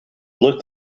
looked